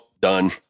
Done